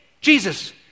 Jesus